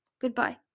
Goodbye